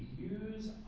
use